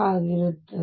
ಆಗಿರುತ್ತದೆ